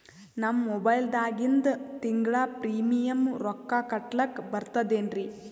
ನಮ್ಮ ಮೊಬೈಲದಾಗಿಂದ ತಿಂಗಳ ಪ್ರೀಮಿಯಂ ರೊಕ್ಕ ಕಟ್ಲಕ್ಕ ಬರ್ತದೇನ್ರಿ?